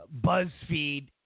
BuzzFeed